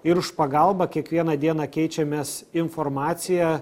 ir už pagalbą kiekvieną dieną keičiamės informacija